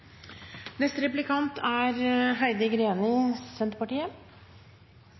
Neste replikant er